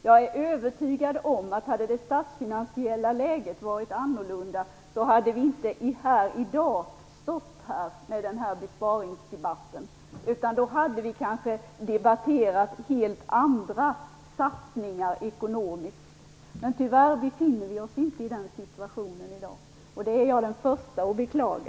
Jag är övertygad om att vi, om det statsfinansiella läget hade varit annorlunda, inte skulle ha haft denna besparingsdebatt här i dag. Då hade vi kanske i stället haft en debatt om helt andra satsningar ekonomiskt. Tyvärr befinner vi oss inte i den situationen i dag, och det är jag den första att beklaga.